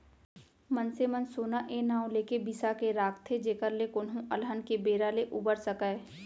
मनसे मन सोना ए नांव लेके बिसा के राखथे जेखर ले कोनो अलहन के बेरा ले उबर सकय